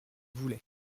voulait